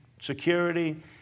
security